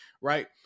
Right